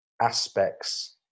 aspects